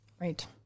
Right